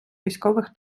військових